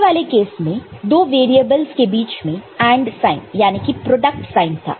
पिछले वाले केस में 2 वैरियेबल्स के बीच में AND साइन याने की प्रोडक्ट साइन था